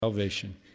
Salvation